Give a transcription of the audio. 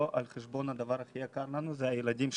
לא על חשבון הדבר הכי יקר לנו שזה הילדים שלנו.